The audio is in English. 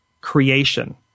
creation